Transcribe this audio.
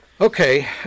Okay